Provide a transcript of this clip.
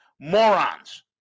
morons